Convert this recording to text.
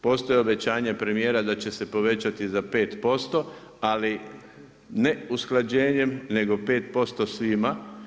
Postoji obećanje premijera da će se povećati za 5%, ali ne usklađenjem, nego 5% svima.